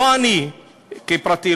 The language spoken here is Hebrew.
לא אני כאדם פרטי,